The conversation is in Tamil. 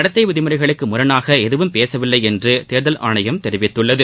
நடத்தை விதிமுறைகளுக்கு முரணாக எதுவும் பேசவில்லை என்று தேர்தல் ஆணையம் தெரிவித்துள்ளது